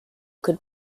could